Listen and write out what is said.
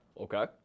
Okay